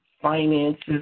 finances